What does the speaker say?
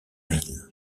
ville